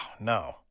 no